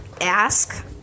ask